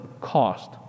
cost